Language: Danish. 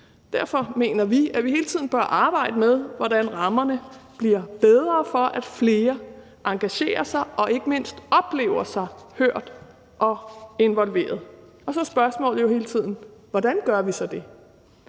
Derfor mener vi, at vi hele tiden bør arbejde med, hvordan rammerne bliver bedre, for at flere engagerer sig og ikke mindst oplever, at de bliver hørt og involveret. Så er spørgsmålet jo hele tiden: Hvordan gør vi så det?